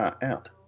out